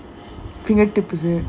fingertip is it